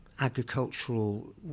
agricultural